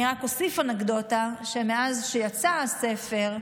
אני רק אוסיף אנקדוטה: מאז שיצא הספר,